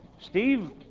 Steve